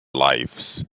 lives